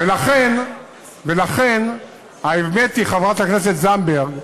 ולכן, האמת היא, חברת הכנסת זנדברג,